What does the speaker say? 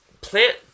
plant